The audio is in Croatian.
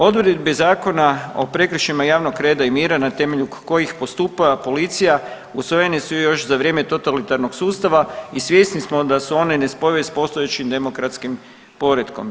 Odredbe Zakona o prekršajima javnog reda i mira na temelju kojih postupa policija usvojene su još za vrijeme totalitarnog sustava i svjesni smo da su one nespojive s postojećim demokratskim poretkom.